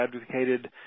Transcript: advocated